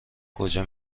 کجا